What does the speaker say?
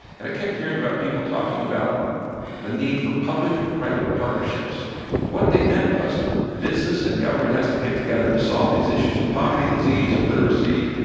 and i kept hearing about people talking about the need for public and private partnerships. and what they meant was business and government has to get together to solve these issues of poverty, disease, illiteracy,